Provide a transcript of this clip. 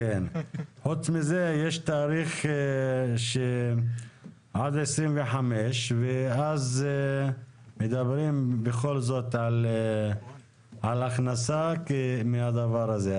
חוץ מזה יש תאריך עד 2025 ואז מדברים בכל זאת על הכנסה מהדבר הזה,